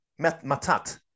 matat